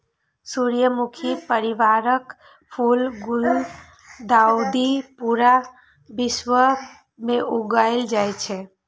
सूर्यमुखी परिवारक फूल गुलदाउदी पूरा विश्व मे उगायल जाए छै